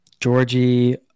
Georgie